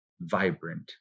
vibrant